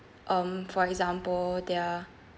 um for example their